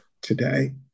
today